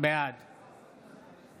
בעד